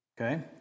Okay